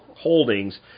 holdings